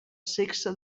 sexe